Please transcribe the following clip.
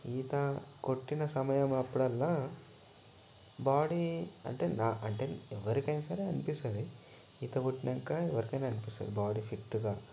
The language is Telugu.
ఈత కొట్టిన సమయం అప్పుడల్లా బాడీ అంటే నా అంటే ఎవరికైనా సరే అనిస్తుంది ఈత కొట్టినాక ఎవరికైనా అనిపిస్తుంది బాడీ ఫిట్గా